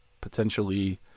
potentially